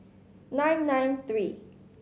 nine nine three